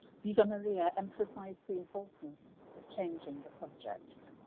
viva maria emphasised the importance of changing the subject.